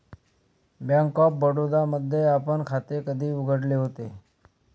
Bank of Baroda मध्ये आपण खाते कधी उघडले होते?